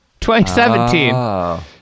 2017